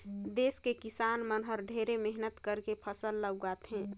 देस के किसान मन हर ढेरे मेहनत करके फसल ल उगाथे